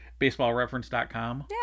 Baseballreference.com